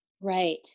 right